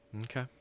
Okay